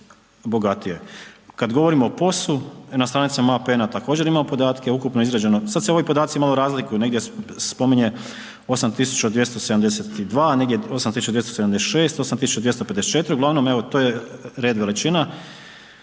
Kad govorimo o POS-u na stranicama APN-a također imamo podatke, ukupno izgrađeno, sad se ovi podaci malo razliku, negdje spominje 8.272, negdje 8.276, 8.254 uglavnom evo to je red veličina,